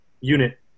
unit